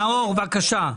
נאור, בבקשה.